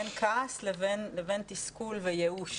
בין כעס לבין תסכול וייאוש,